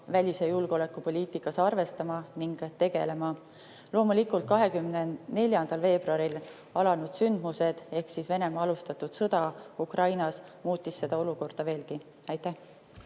välis‑ ja julgeolekupoliitikas arvestama ning tegelema. Loomulikult, 24. veebruaril alanud sündmused ehk Venemaa alustatud sõda Ukraina vastu muutis seda olukorda veelgi. Aitäh,